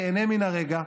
תיהנה מן הרגע,